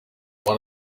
one